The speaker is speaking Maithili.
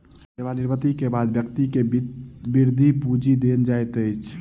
सेवा निवृति के बाद व्यक्ति के वृति पूंजी देल जाइत अछि